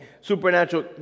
Supernatural